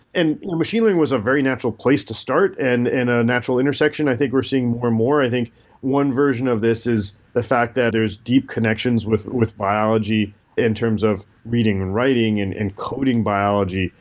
and yeah machine learning was a very natural place to start. and in a natural intersection, i think we're seeing more and more. i think one version of this is the fact that there's deep connections with with biology in terms of reading and writing and and coding biology,